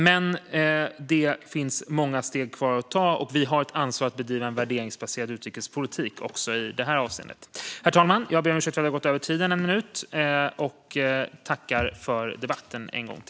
Men det finns många steg kvar att ta, och vi har ett ansvar att bedriva en värderingsbaserad utrikespolitik också i detta avseende. Herr talman! Jag ber om ursäkt för att jag har överskridit min talartid en minut.